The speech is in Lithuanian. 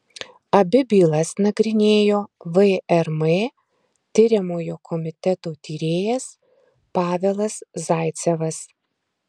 abi bylas nagrinėjo vrm tiriamojo komiteto tyrėjas pavelas zaicevas